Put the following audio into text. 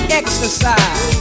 exercise